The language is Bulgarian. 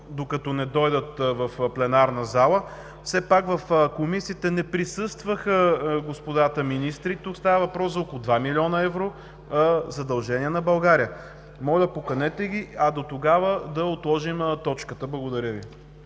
докато не дойдат в пленарната зала. Все пак в комисиите не присъстваха господата министри. Тук става въпрос за около 2 млн. евро задължение на България. Моля, поканете ги! Дотогава да отложим точката. Благодаря Ви.